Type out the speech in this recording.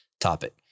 topic